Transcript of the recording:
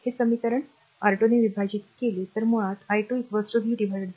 हे समीकरण R 2 ने विभाजित केले तर मुळात r i2 v R2